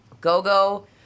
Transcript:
go-go